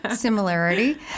similarity